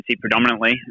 predominantly